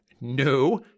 no